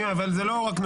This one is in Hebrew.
לא רק.